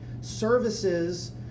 services